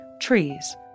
trees